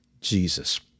Jesus